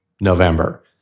November